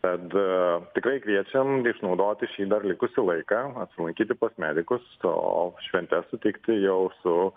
tad tikrai kviečiam išnaudoti šį dar likusį laiką apsilankyti pas medikus o šventes sutikti jau su